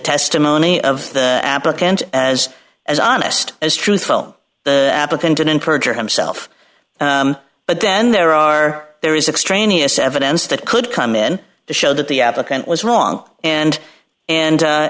testimony of the applicant as as honest as truthful applicant and perjure himself but then there are there is extraneous evidence that could come in to show that the applicant was wrong and and